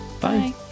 Bye